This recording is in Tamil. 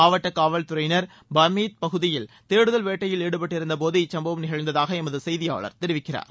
மாவட்ட காவல்துறையினர் பாமெத் பகுதியில் தேடுதல் வேட்டையில் ஈடுபட்டிருந்தபோது இச்சம்பவம் நிகழ்ந்ததாக எமது செய்தியாளர் தெரிவிக்கிறார்